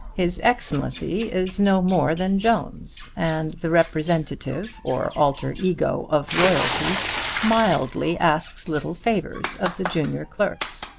his excellency is no more than jones, and the representative or alter ego of royalty mildly asks little favours of the junior clerks.